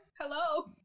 Hello